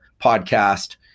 podcast